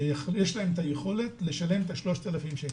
כאלה שיש להם את היכולת לשלם את ה-3,000 שקל.